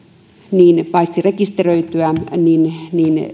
paitsi rekisteröityä myös